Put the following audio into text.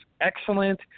excellent